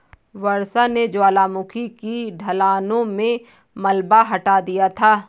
वर्षा ने ज्वालामुखी की ढलानों से मलबा हटा दिया था